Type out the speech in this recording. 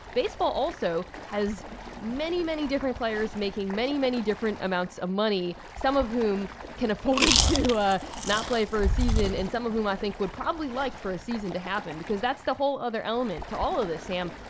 baseball also has many, many different players making many, many different amounts of money, some of whom can afford to ah not play for a season and some of whom, i think, would probably like for a season to happen, because that's the whole other element to all of this, sam.